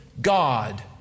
God